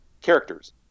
characters